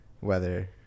weather